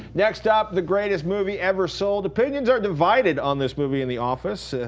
next up the greatest movie ever sold, opinions are divided on this movie in the office.